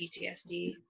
PTSD